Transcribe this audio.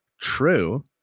True